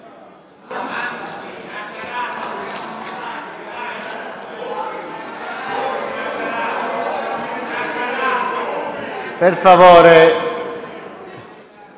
per favore,